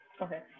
Okay